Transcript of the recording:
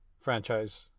franchise